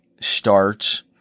starts